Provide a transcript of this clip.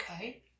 okay